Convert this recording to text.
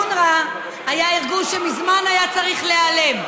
אונר"א היה ארגון שמזמן היה צריך להיעלם,